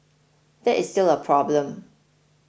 that is still a problem